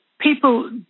people